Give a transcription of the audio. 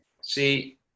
See